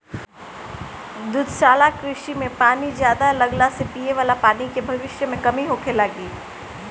दुग्धशाला कृषि में पानी ज्यादा लगला से पिये वाला पानी के भविष्य में कमी होखे लागि